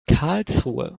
karlsruhe